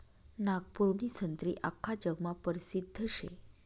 नागपूरनी संत्री आख्खा जगमा परसिद्ध शे